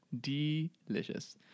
Delicious